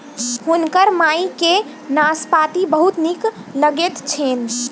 हुनकर माई के नाशपाती बहुत नीक लगैत छैन